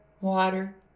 water